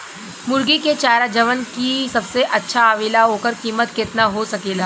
मुर्गी के चारा जवन की सबसे अच्छा आवेला ओकर कीमत केतना हो सकेला?